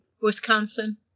Wisconsin